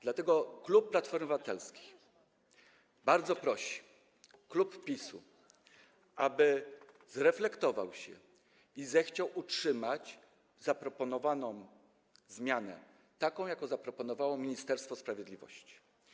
Wobec tego klub Platformy Obywatelskiej bardzo prosi klub PiS-u, aby zreflektował się i zechciał utrzymać zaproponowaną zmianę, taką jaką zaproponowało Ministerstwo Sprawiedliwości.